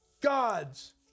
God's